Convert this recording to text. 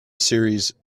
series